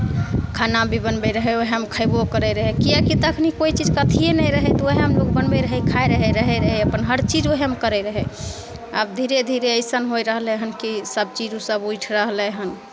खाना भी बनबैत रहै उएहमे खयबो करैत रहै किएकि तखनि कोइ चीजके अथिए नहि रहै तऽ उएहमे लोक बनबैत रहै खाइत रहै रहैत रहै अपन हरचीज उएहमे करैत रहै आब धीरे धीरे अइसन होय रहलै हन कि सभचीज ओसभ उठि रहलै हन